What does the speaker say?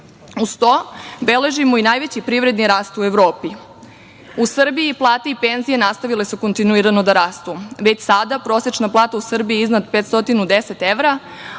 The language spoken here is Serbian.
Uz to, beležimo i najveći privredni rast u Evropi.U Srbiji su plate i penzije nastavile kontinuirano da rastu. Već sada, prosečna plata u Srbiji je iznad 510 evra,